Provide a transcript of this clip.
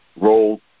role